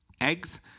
eggs